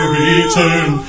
return